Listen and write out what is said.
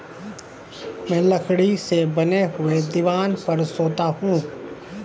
मैं लकड़ी से बने हुए दीवान पर सोता हूं